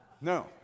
No